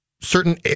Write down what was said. certain